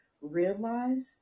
realize